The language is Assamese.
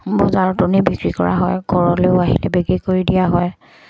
বজাৰতো নি বিক্ৰী কৰা হয় ঘৰলেও আহিলে বিক্ৰী কৰি দিয়া হয়